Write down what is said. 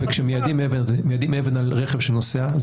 כשמיידים אבן על רכב שנוסע,